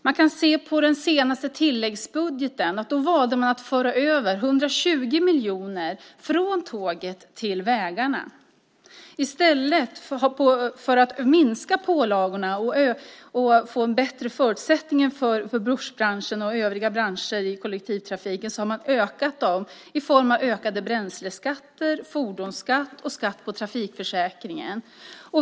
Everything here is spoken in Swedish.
Man kan se på den senaste tilläggsbudgeten att man valde att föra över 120 miljoner från tågen till vägarna. I stället för att minska pålagorna och få bättre förutsättningar för bussbranschen och övriga branscher inom kollektivtrafiken har man ökat dem i form av ökade bränsleskatter, fordonsskatt och skatt på trafikförsäkringen.